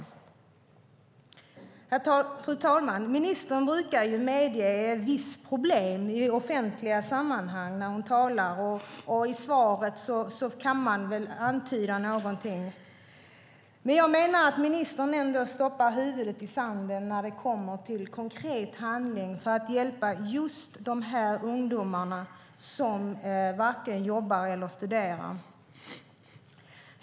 Fru talman! Ministern brukar medge vissa problem när hon talar i offentliga sammanhang, och i svaret finns det väl en antydan om något sådant. Men jag menar att ministern ändå stoppar huvudet i sanden när det kommer till konkret handling för att hjälpa just dessa ungdomar, som varken jobbar eller studerar.